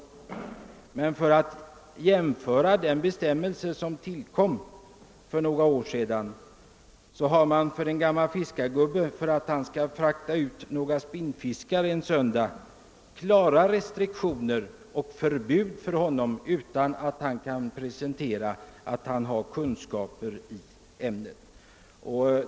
Jag vill ställa detta förhållande mot den restriktiva bestämmelse, som tillkom för några år sedan och som bl.a. innebär att det är förbjudet för en erfaren fiskare att en söndag frakta ut några spinnfiskare till deras fiskeställe, såvida han inte kan presentera papper på sina kunskaper.